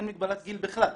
אין מגבלת גיל בכלל.